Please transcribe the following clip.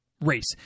race